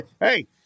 Hey